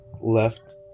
left